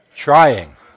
trying